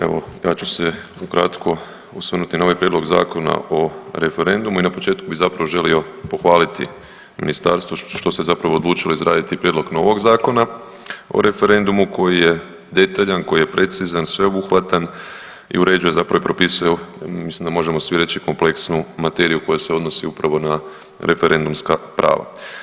Evo ja ću se ukratko osvrnuti na ovaj Prijedlog zakona o referendumu i na početku bih zapravo želio pohvaliti Ministarstvo što se zapravo odlučilo izraditi Prijedlog novog zakona o referendumu koji je detaljan, koji je precizan, sveobuhvatan i uređuje zapravo i propisuje mislim da možemo svi reći kompleksnu materiju koja se odnosi upravo na referendumska prava.